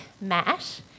Matt